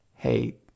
Hey